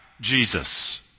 Jesus